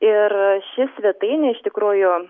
ir ši svetainė iš tikrųjų